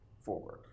forward